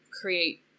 create